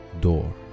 door